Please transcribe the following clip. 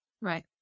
Right